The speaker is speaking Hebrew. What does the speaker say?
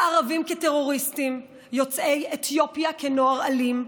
הערבים כטרוריסטים, יוצאי אתיופיה כנוער אלים,